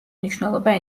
მნიშვნელობა